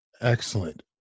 Excellent